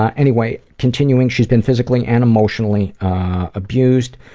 ah anyway, continuing, she's been physically and emotionally abused.